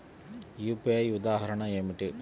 UPI ఉదాహరణ ఏమిటి?